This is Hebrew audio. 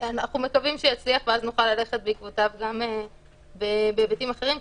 אנחנו מקווים שהוא יצליח ואז נוכל ללכת בעקבותיו גם בהיבטים אחרים,